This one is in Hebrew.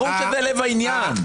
ברור שזה לב העניין.